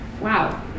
Wow